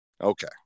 Okay